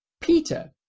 Peter